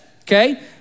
okay